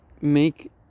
make